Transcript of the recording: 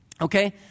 Okay